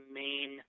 main